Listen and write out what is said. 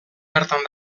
bertan